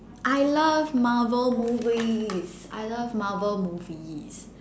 I love marvel movies I love marvel movies